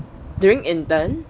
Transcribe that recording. during intern